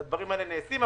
הדברים האלה נעשים.